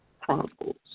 Chronicles